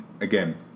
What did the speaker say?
again